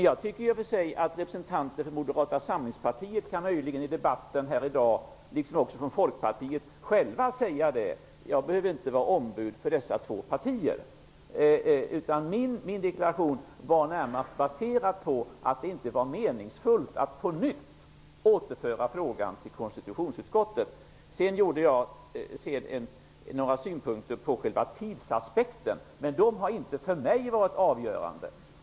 Jag tycker i och för sig att representanter för Moderata samlingspartiet, liksom för Folkpartiet, möjligen själva skulle kunna säga detta i debatten här i dag. Jag behöver inte vara ombud för dessa två partier. Min deklaration baserades närmast på att det inte var meningsfullt att på nytt återföra frågan til konstitutionsutskottet. Sedan gav jag också några synpunkter på själva tidsaspekten, men den har inte varit avgörande för mig.